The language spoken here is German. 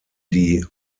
die